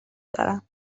دارم